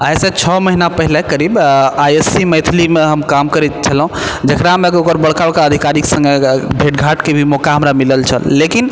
आइसँ छओ महीना पहिले करीब आइ एस सी मैथिलीमे हम काम करय छलहुँ जकरामे कि ओकर बड़का बड़का अधिकारी सङ्गे भेँट घाँटके भी मौका हमरा मिलल छल लेकिन